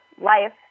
life